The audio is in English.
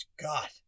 God